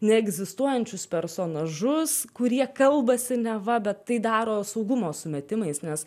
neegzistuojančius personažus kurie kalbasi neva bet tai daro saugumo sumetimais nes